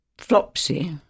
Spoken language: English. Flopsy